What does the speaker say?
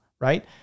right